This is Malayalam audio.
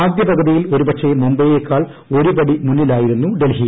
ആദൃ പകുതിയിൽ ഒരുപക്ഷേ മുംബൈയെക്കാൾ ഒരുപടി മുന്നിലായിരുന്നു ഡൽഹി